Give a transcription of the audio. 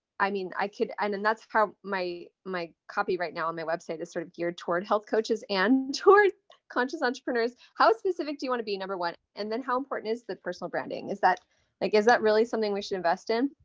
i mean i could, and, and that's how my, my copy right now on my website is sort of geared toward health coaches and toward conscious entrepreneurs. how specific do you want to be? number one. and then how important is the personal branding? is that like, is that really something we should invest in?